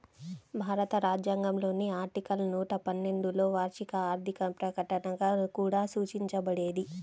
భారత రాజ్యాంగంలోని ఆర్టికల్ నూట పన్నెండులోవార్షిక ఆర్థిక ప్రకటనగా కూడా సూచించబడేది